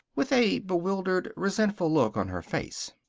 with a bewildered, resentful look on her face.